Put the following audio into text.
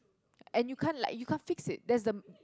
and you can't like you can't fix it there's the